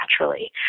naturally